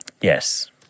Yes